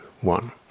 one